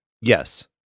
Yes